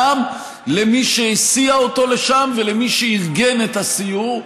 גם למי שהסיע אותו לשם ולמי שארגן את הסיור,